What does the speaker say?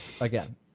Again